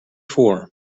four